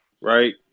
right